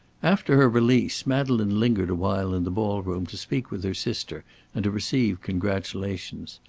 after her release madeleine lingered awhile in the ball-room to speak with her sister and to receive congratulations.